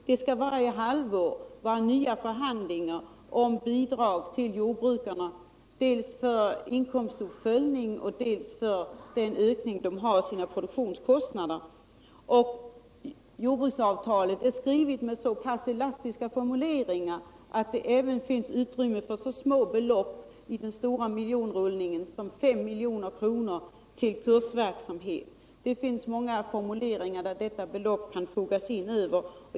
Det skall varje halvår vara nya förhandlingar om bidrag till jordbrukarna, dels för inkomstuppföljning, dels för ökning av produktionskostnader. Jordbruksavtalet är skrivet med så pass elastiska formuleringar att det även finns utrymme i den stora miljonrullningen för så små belopp som 5 milj.kr. till kursverksamhet. Det finns många formuleringar som detta belopp kan fogas in under.